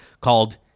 called